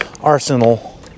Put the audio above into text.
arsenal